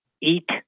eat